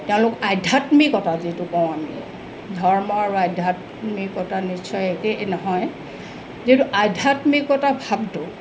তেওঁলোক আধ্যাত্মিকতা যিটো কওঁ আমি ধৰ্ম আৰু আধ্যাত্মিকতা নিশ্চয় একেই নহয় যিহেতু আধ্যাত্মিকতা ভাৱটো